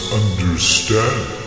understand